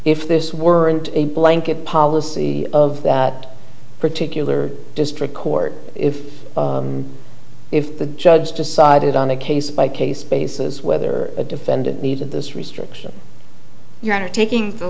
if this weren't a blanket policy of that particular district court if if the judge decided on a case by case basis whether the defendant needed this restriction your honor taking the